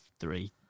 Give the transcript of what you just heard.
Three